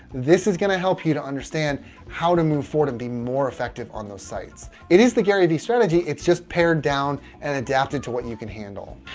this is going to help you to understand how to move forward and be more effective on those sites. it is the gary vee strategy. it's just paired down. and adapted to what you can handle.